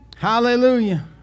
Hallelujah